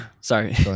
sorry